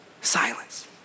Silence